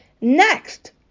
next